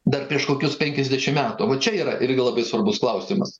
dar prieš kokius penkiasdešimt metų vat čia yra irgi labai svarbus klausimas